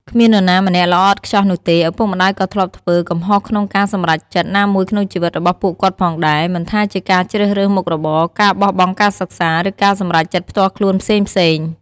គ្មាននរណាម្នាក់ល្អឥតខ្ចោះនោះទេ ឪពុកម្ដាយក៏ធ្លាប់ធ្វើ កំហុសក្នុងការសម្រេចចិត្ត ណាមួយក្នុងជីវិតរបស់ពួកគាត់ផងដែរ មិនថាជាការជ្រើសរើសមុខរបរ ការបោះបង់ការសិក្សា ឬការសម្រេចចិត្តផ្ទាល់ខ្លួនផ្សេងៗ។